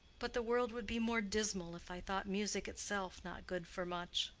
but the world would be more dismal if i thought music itself not good for much.